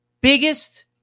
biggest